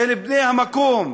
של בני המקום.